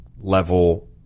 level